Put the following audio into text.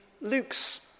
Luke's